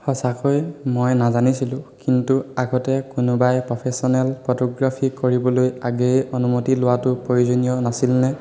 সঁচাকৈ মই নাজানিছিলোঁ কিন্তু আগতে কোনোবাই প্ৰফেশ্যনেল ফটোগ্ৰাফী কৰিবলৈ আগেয়ে অনুমতি লোৱাটো প্ৰয়োজনীয় নাছিলনে